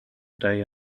day